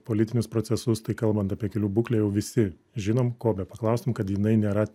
politinius procesus tai kalbant apie kelių būklę jau visi žinom ko bepaklaustum kad jinai nėra